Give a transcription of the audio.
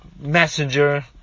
Messenger